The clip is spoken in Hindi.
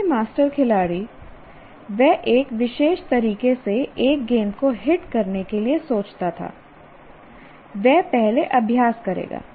कोई भी मास्टर खिलाड़ी वह एक विशेष तरीके से एक गेंद को हिट करने के लिए सोचता था वह पहले अभ्यास करेगा